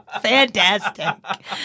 Fantastic